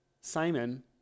Simon